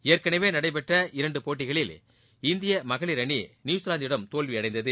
ஏற்கனவேநடைபெற்ற இரண்டுபோட்டிகளில் இந்தியமகளிர் அணி நியுசிலாந்திடம் தோல்வியடைந்தது